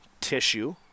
tissue